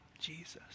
Jesus